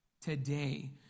today